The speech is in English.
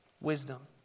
wisdom